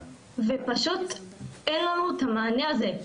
ופשוט אין לנו את המענה הזה.